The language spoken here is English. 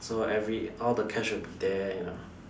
so every all the cash will be there you know